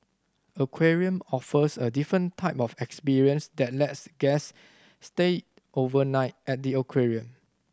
aquarium offers a different type of experience that lets guests stay overnight at the aquarium